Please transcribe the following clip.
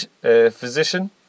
physician